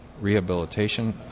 rehabilitation